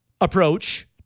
approach